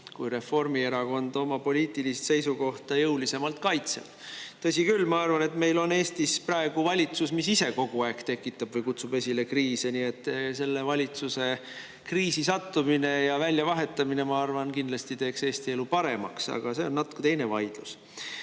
kui Reformierakond oma poliitilist seisukohta jõulisemalt kaitseb. Tõsi küll, ma arvan, et meil on Eestis praegu valitsus, mis ise kogu aeg tekitab või kutsub esile kriise, nii et selle valitsuse kriisi sattumine ja väljavahetamine, ma arvan, teeks kindlasti Eesti elu paremaks. Aga see on natuke teine vaidlus. Nüüd,